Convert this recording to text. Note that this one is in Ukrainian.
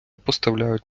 поставляють